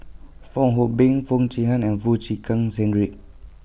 Fong Hoe Beng Foo Chee Han and Foo Chee Keng Cedric